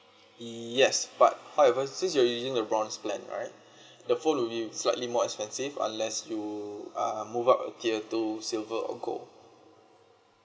yes but however since you are using the bronze plan right the phone would be slightly more expensive unless you uh move up a tier to silver or gold